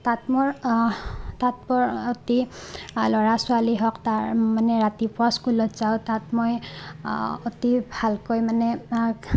তাত মোৰ তাত মোৰ অতি ল'ৰা ছোৱালী হওঁক তাৰ মানে ৰাতিপুৱা স্কুলত যাওঁ তাত মই অতি ভালকৈ মানে